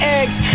eggs